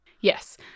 yes